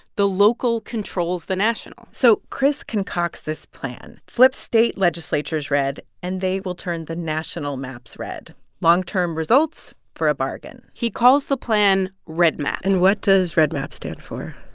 the local controls the national so chris concocts this plan. flip state legislatures red, and they will turn the national maps red long-term results for a bargain he calls the plan redmap and what does redmap stand for?